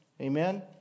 Amen